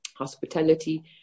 Hospitality